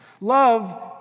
Love